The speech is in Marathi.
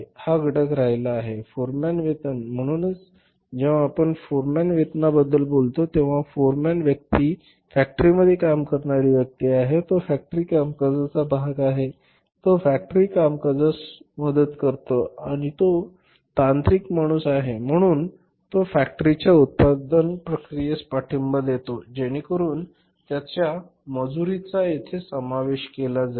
हा घटक राहिला आहे फोरमॅन वेतन म्हणूनच जेव्हा आपण फोरमॅन वेतनाबद्दल बोलतो तेव्हा फोरमॅन ही व्यक्ती फॅक्टरीमध्ये काम करणारी व्यक्ती आहे तो फॅक्टरी कामकाजाचा भाग आहे तो फॅक्टरी कामकाजास मदत करतो आणि तो तांत्रिक माणूस आहे म्हणून तो फॅक्टरीच्या उत्पादन प्रक्रियेस पाठिंबा देतो जेणेकरून त्याच्या मजुरीचा येथे समावेश केला जाईल